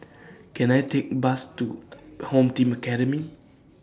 Can I Take Bus to Home Team Academy